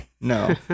No